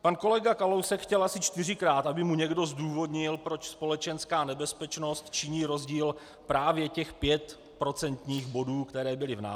Pan kolega Kalousek chtěl asi čtyřikrát, aby mu někdo zdůvodnil, proč společenská nebezpečnost činí rozdíl právě 5 procentních bodů, které byly v návrhu.